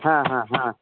हा हा हा